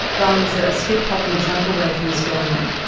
bali's ah a skip, hop and a jump away from australia,